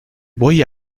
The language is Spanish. voy